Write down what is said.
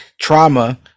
trauma